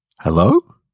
Hello